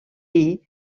dir